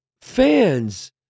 fans